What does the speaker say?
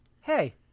hey